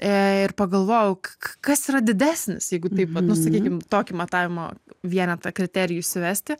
e ir pagalvojau kas yra didesnis jeigu taip vat nu sakykim tokį matavimo vienetą kriterijų įsivesti